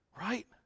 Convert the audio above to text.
right